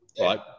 Right